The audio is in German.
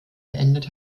beendet